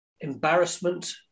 embarrassment